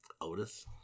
Otis